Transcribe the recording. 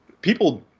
people